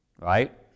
Right